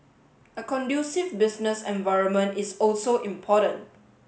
a conducive business environment is also important